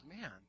man